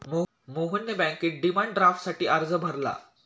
मोहनने बँकेत डिमांड ड्राफ्टसाठी अर्ज भरला